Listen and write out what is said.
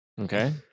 Okay